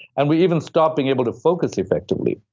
and we even stop being able to focus effectively.